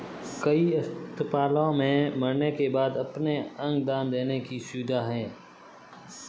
कई अस्पतालों में मरने के बाद अपने अंग दान देने की सुविधा है